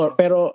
pero